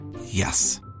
Yes